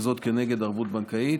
וזאת כנגד ערבות בנקאית.